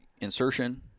insertion